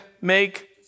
make